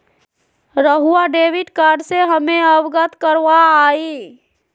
रहुआ debit card से हमें अवगत करवाआई?